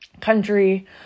country